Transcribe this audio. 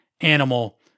Animal